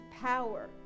power